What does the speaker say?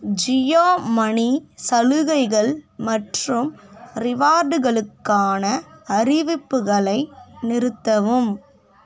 Jio money சலுகைகள் மற்றும் ரிவார்டுகளுக்கான அறிவிப்புகளை நிறுத்தவும்